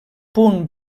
punt